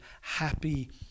happy